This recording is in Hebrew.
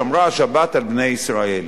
שמרה השבת על בני ישראל.